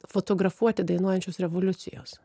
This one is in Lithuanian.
fotografuoti dainuojančios revoliucijos